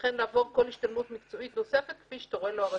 וכן לעבור כל השתלמות מקצועית נוספת כפי שתורה לו הרשות.